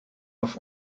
auf